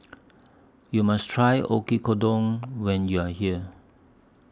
YOU must Try Oyakodon when YOU Are here